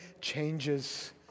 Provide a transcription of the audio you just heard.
changes